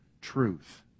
truth